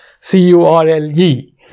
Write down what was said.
C-U-R-L-E